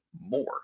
more